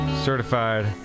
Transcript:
Certified